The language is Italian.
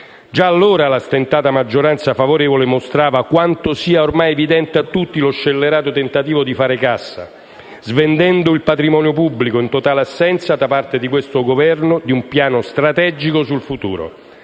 Già allora la stentata maggioranza favorevole mostrava quanto sia ormai evidente a tutti lo scellerato tentativo di fare cassa svendendo il patrimonio pubblico, in totale assenza, da parte di questo Governo, di un piano strategico per il futuro.